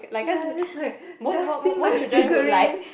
ya it's just like testing my figurines